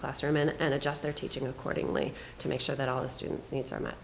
classroom and adjust their teaching accordingly to make sure that all the students needs are met